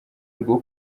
rwo